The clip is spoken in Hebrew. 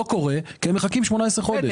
לא קורה, כי הם מחכים 18 חודש.